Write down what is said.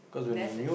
that's a